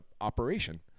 Operation